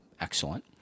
Excellent